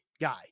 guy